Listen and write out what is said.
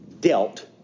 dealt